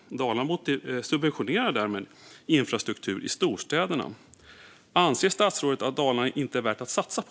Dalarna subventionerar därmed infrastruktur i storstäderna. Anser statsrådet att Dalarna inte är värt att satsa på?